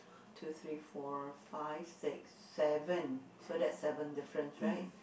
two three four five six seven so that's seven difference right